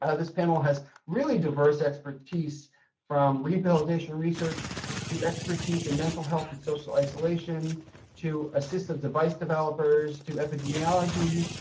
ah this panel has really diverse expertise from rehabilitation research to expertise and mental health and social isolation to assistive device developers to epidemiology.